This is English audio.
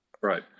Right